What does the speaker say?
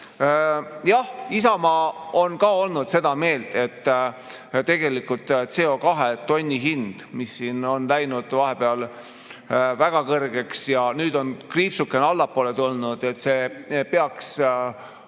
Jah, Isamaa on ka olnud seda meelt, et tegelikult CO2tonni hind, mis on läinud vahepeal väga kõrgeks ja nüüd on kriipsukese allapoole tulnud, peaks